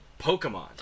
Pokemon